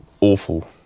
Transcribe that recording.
awful